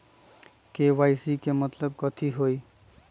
KYC के मतलब कथी होई?